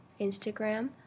Instagram